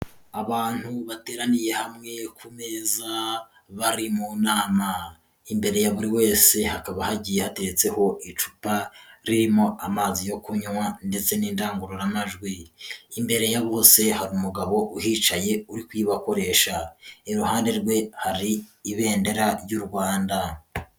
Abantu bateraniye hamwe ku meza bari mu nama, imbere ya buri wese hakaba hagiye hatetseho icupa ririmo amazi yo kunywa ndetse n'indangururamajwi. Imbere ya bose hari umugabo uhicaye uri kuyibakoresha. Iruhande rwe hari ibendera ry'u Rwanda.